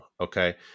Okay